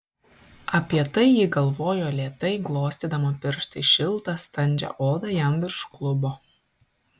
apie tai ji galvojo lėtai glostydama pirštais šiltą standžią odą jam virš klubo